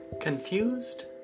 Confused